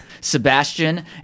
Sebastian